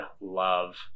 love